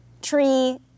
Tree